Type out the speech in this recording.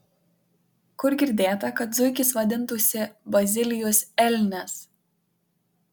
kur girdėta kad zuikis vadintųsi bazilijus elnias